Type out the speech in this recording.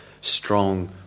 strong